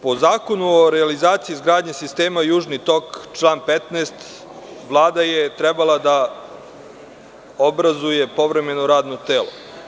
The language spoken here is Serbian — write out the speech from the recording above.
Po Zakonu o realizaciji i izgradnji sistema „Južni tok“ član 15, Vlada je trebala da obrazuje povremeno radno telo.